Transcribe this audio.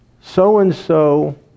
so-and-so